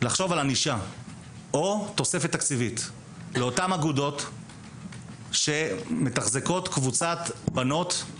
לחשוב על ענישה או תוספת תקציבית לאותן אגודות שמתחזקות קבוצת בנות.